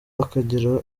akagera